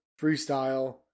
freestyle